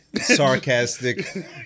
sarcastic